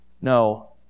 No